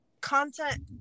content